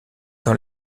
dans